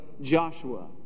Joshua